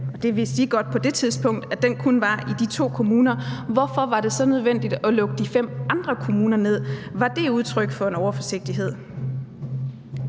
det tidspunkt, at den kun var i de to kommuner. Hvorfor var det så nødvendigt at lukke de fem andre kommuner ned? Var det udtryk for en overforsigtighed?